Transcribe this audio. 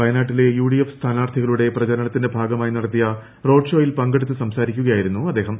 വയനാട്ടിലെ U D F സ്ഥാനാർത്ഥികളുടെ പ്രചാരണത്തിന്റെ ഭാഗമായി നടത്തിയ റോഡ് ഷോയിൽ പങ്കെടുത്ത് സംസാരിക്കുകയായിരുന്നു അദ്ദേഹം